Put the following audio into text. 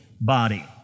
body